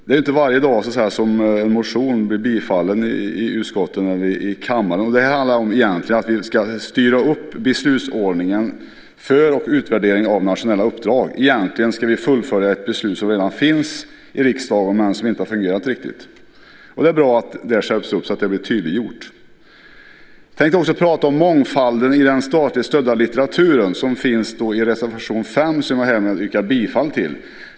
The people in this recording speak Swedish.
Det är inte varje dag som en motion tillstyrks i utskottet eller i kammaren. Motionen handlar om att styra upp beslutsordningen för och utvärderingen av nationella uppdrag. Egentligen betyder det att vi fullföljer ett beslut som redan fattats av riksdagen men som inte riktigt har fungerat. Det är bra att detta skärps och blir tydliggjort. Jag tänkte också prata om mångfalden i den statligt stödda litteraturen. Detta behandlas i reservation 5, som jag härmed yrkar bifall till.